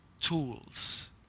tools